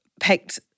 Picked